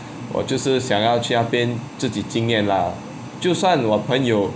我就是想要去那边自己经验 lah 就算我朋友